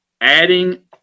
adding